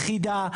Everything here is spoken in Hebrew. יחידה,